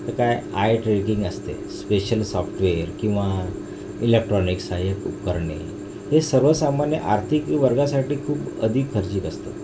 आता काय आय ट्रेनिंग असते स्पेशल सॉफ्टवेअर किंवा इलेक्ट्रॉनिक्स आहे उपकरणे हे सर्वसामान्य आर्थिक वर्गासाठी खूप अधिक खर्चिक असतं